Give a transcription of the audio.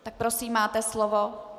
Tak prosím, máte slovo.